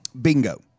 Bingo